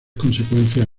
consecuencias